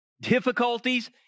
difficulties